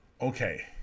Okay